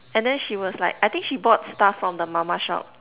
and then she was like I think she bought stuff from the mama shop